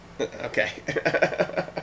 Okay